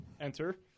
enter